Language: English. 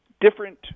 Different